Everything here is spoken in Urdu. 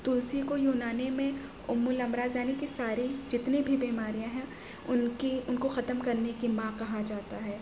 تلسی کو یونانی میں امم الامراض یعنی کہ سارے جتنی بھی بیماریاں ہیں ان کی ان کو ختم کرنے کی ماں کہا جاتا ہے